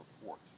report